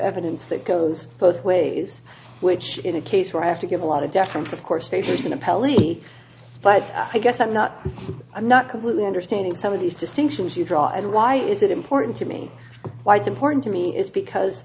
evidence that goes both ways which in a case where i have to give a lot of deference of course facing appellee but i guess i'm not i'm not completely understanding some of these distinctions you draw and why is it important to me why it's important to me is because